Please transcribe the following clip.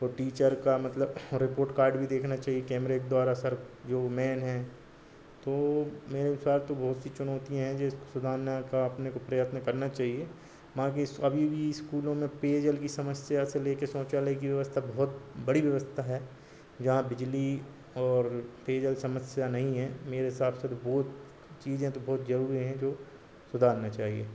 और टीचर का मतलब रिपोर्ट कार्ड भी देखना चाहिए कैमरे के द्वारा सर जो मैन हैं तो मेरे अनुसार तो बहुत सी चुनौतियाँ हैं जिसमें सुधारने का अपने को प्रयत्न करना चाहिए बाक़ी अभी भी स्कूलों में पेयजल की समस्या से लेकर शौचालय की व्यवस्था बहुत बड़ी व्यवस्था है जहाँ बिजली और पेयजल समस्या नहीं है मेरे हिसाब से तो बहुत चीज़ें तो बहुत ज़रूरी हैं जो सुधारना चाहिए